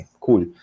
cool